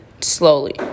slowly